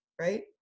right